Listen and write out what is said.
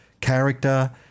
character